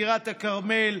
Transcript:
טירת הכרמל,